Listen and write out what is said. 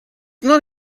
not